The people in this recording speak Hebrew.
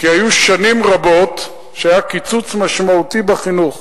כי היו שנים רבות שהיה קיצוץ משמעותי בחינוך